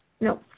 No